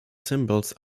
cymbals